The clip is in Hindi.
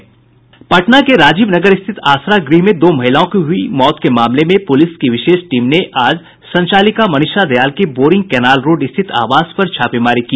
पटना के राजीव नगर स्थित आसरा गृह में दो महिलाओं की हुई मौत के मामले में पुलिस की विशेष टीम ने आज संचालिका मनीषा दयाल के बोरिंग कैनाल रोड स्थित आवास पर छापेमारी की